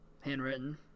Handwritten